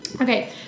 Okay